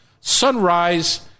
sunrise